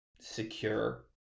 secure